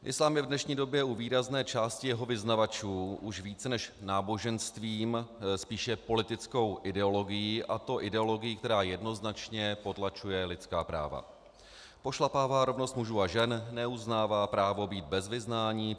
Islám je v dnešní době u výrazné části jeho vyznavačů už více než náboženstvím, spíše politickou ideologií, a to ideologií, která jednoznačně potlačuje lidská práva, pošlapává rovnost mužů a žen, neuznává právo být bez vyznání,